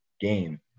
Game